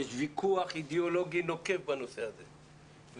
יש ויכוח אידיאולוגי נוקב בנושא הזה,